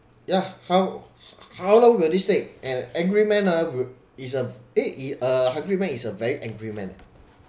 yeah how how long will this take an angry man ah would is a eh it a hungry man is a very angry man